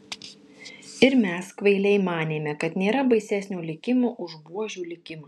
ir mes kvailiai manėme kad nėra baisesnio likimo už buožių likimą